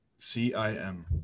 CIM